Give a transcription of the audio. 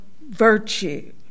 virtue